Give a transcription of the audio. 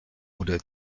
oder